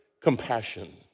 compassion